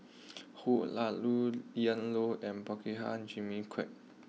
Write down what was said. Hoo Ian Loy and Prabhakara Jimmy Quek